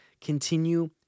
Continue